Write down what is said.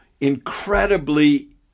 incredibly